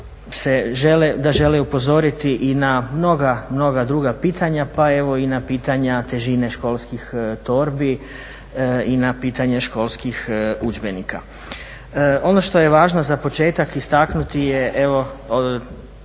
da žele upozoriti i na mnoga druga pitanja pa evo i na pitanja težine školskih torbi i na pitanje školskih udžbenika. Ono što je važno za početak istaknuti je, evo